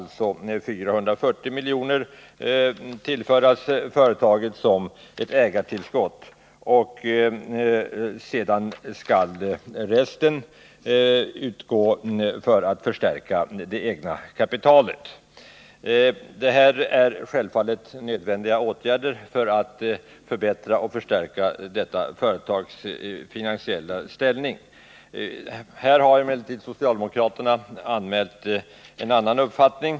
Därav skall 440 miljoner tillföras företaget som ett ägartillskott, resten skall utgå för att förstärka det egna kapitalet. Detta är självfallet nödvändiga åtgärder för att förbättra och förstärka detta företags finansiella ställning. Här har emellertid socialdemokraterna anmält en annan uppfattning.